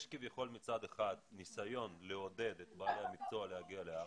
יש כביכול ניסיון לעודד את בעלי המקצוע להגיע לארץ,